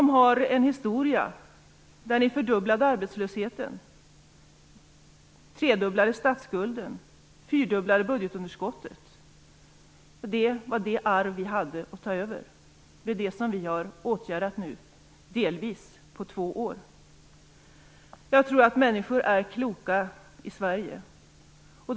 Ni har en historia där ni fördubblade statsskulden, tredubblade arbetslösheten och fyrdubblade budgetunderskottet. Det var det arv vi hade att ta över. Det är det som vi delvis har åtgärdat nu på två år. Jag tror att människor i Sverige är kloka.